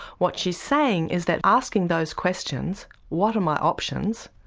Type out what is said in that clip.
what she's saying is that asking those questions what are my options,